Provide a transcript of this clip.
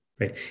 right